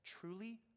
truly